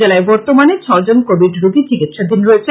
জেলায় বর্তমানে ছয় জন কোবিড রোগী চিকিৎসাধীন রয়েছেন